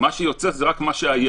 מה שיוצא זה רק מה שהיה.